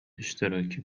اشتراکی